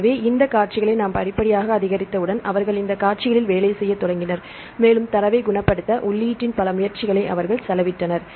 எனவே இந்த காட்சிகளை நாம் படிப்படியாக அதிகரித்தவுடன் அவர்கள் இந்த காட்சிகளில் வேலை செய்யத் தொடங்கினர் மேலும் தரவைக் குணப்படுத்த உள்ளீட்டின் பல முயற்சிகளை அவர்கள் செலவிட்டனர்